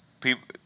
people